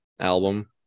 album